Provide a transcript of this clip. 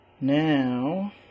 now